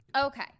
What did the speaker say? Okay